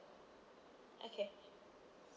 okay